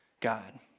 God